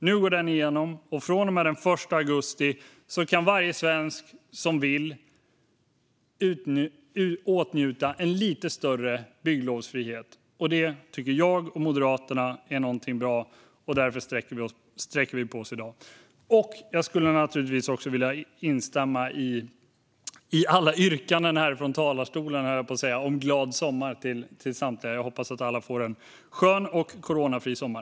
Nu går den igenom, och från och med den 1 augusti kan varje svensk som vill åtnjuta en lite större bygglovsfrihet. Det tycker jag och Moderaterna är något bra, och därför sträcker vi på oss i dag. Jag skulle naturligtvis också vilja instämma i alla yrkanden, höll jag på att säga, härifrån talarstolen om en glad sommar till samtliga. Jag hoppas att alla får en skön och coronafri sommar!